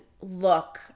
look